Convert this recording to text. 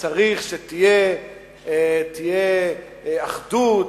צריך שתהיה אחדות,